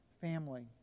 family